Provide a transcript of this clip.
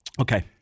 Okay